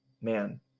man